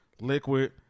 liquid